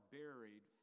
buried